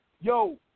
yo